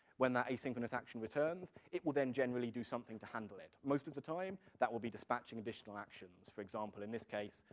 when that asynchronous action returns, it will then generally do something to handle it. most of the time, that will be dispatching additional actions, for example, in this case,